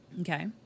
Okay